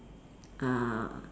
uh